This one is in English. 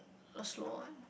a slow one